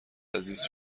عزیز